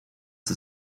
the